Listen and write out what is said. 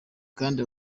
kandi